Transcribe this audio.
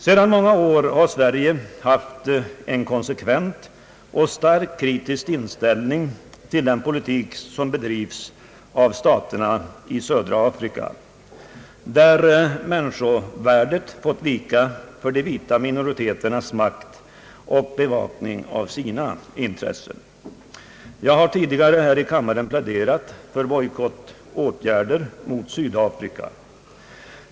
Sedan många år har Sverige haft en konsekvent och starkt kritisk inställning till den politik som bedrivs av staterna i Sydafrika, där människovärdet har fått vika för de vita minoriteternas makt och bevakning av sina intressen. Jag har tidigare här i kammaren pläderat för bojkottåtgärder mot Sydafrika.